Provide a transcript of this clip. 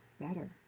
better